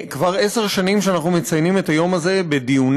כבר עשר שנים אנחנו מציינים את היום הזה בדיונים,